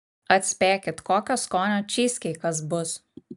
atspėkit kokio skonio čyzkeikas bus